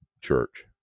church